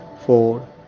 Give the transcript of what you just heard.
four